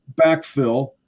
backfill